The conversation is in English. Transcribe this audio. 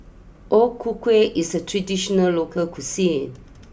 O Ku Kueh is a traditional local cuisine